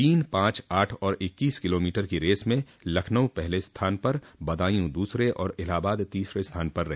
तीन पांच आठ और इक्कीस किलोमीटर की रेस में लखनऊ पहले स्थान पर बदायूं दूसरे और इलाहाबाद तीसरे स्थान पर रहे